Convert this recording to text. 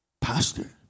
Pastor